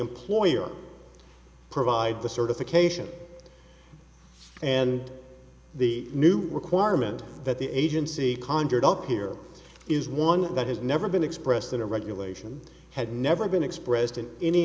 employer provide the certification and the new requirement that the agency conjured up here is one that has never been expressed that a regulation had never been expressed in any